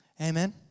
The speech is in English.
Amen